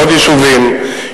לעוד יישובים,